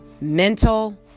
mental